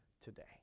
today